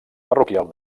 parroquial